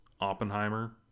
oppenheimer